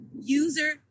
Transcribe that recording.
user